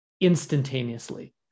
instantaneously